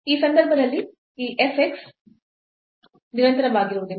ಈ ಸಂದರ್ಭದಲ್ಲಿ ಈ f x ನಿರಂತರವಾಗಿರುವುದಿಲ್ಲ